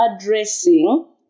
addressing